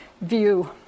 view